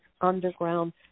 underground